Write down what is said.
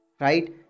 right